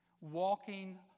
Walking